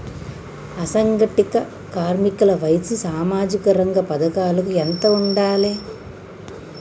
అసంఘటిత కార్మికుల వయసు సామాజిక రంగ పథకాలకు ఎంత ఉండాలే?